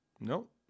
Nope